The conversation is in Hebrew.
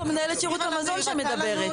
יש פה מנהלת שירות המזון שמדברת.